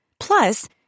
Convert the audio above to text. Plus